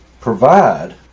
provide